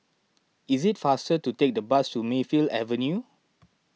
is it faster to take the bus to Mayfield Avenue